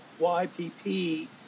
YPP